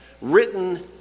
Written